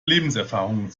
lebenserfahrung